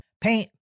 Paint